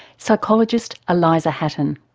psychologist eliza hatten.